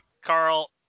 Carl